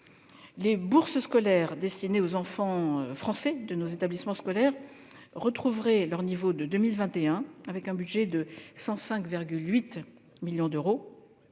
Les bourses scolaires, destinées aux enfants français de nos établissements scolaires, retrouveraient leur niveau de 2021, le budget qui y est consacré